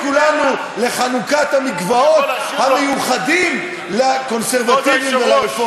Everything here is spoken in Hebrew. תזמין את כולנו לחנוכת המקוואות המיוחדים לקונסרבטיבים ולרפורמים.